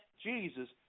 Jesus